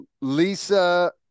Lisa